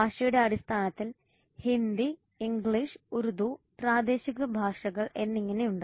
ഭാഷയുടെ അടിസ്ഥാനത്തിൽ ഹിന്ദി ഇംഗ്ലീഷ് ഉറുദു പ്രാദേശിക ഭാഷകൾ എന്നിങ്ങനെ ഉണ്ട്